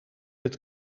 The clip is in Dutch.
het